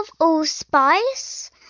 allspice